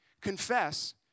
Confess